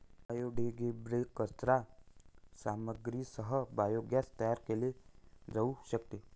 biodegradable कचरा सामग्रीसह biogas तयार केले जाऊ शकते